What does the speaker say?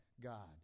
God